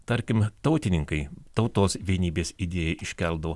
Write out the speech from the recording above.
tarkim tautininkai tautos vienybės idėją iškeldavo